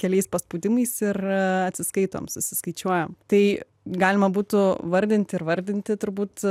keliais paspaudimais ir atsiskaitom susiskaičiuojam tai galima būtų vardinti ir vardinti turbūt